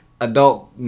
adult